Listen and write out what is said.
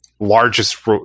largest